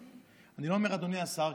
אני לא אומר "אדוני השר",